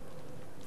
והיתה תקלה,